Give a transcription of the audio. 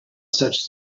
such